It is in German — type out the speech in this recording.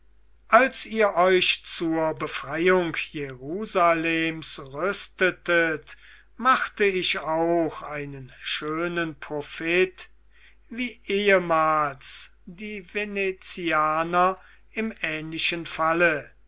als ihr euch zur befreiung jerusalems rüstetet machte ich auch einen schönen profit wie ehemals die venezianer im ähnlichen falle